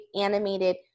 animated